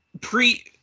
pre